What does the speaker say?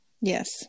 yes